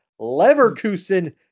Leverkusen